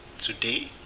Today